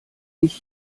ich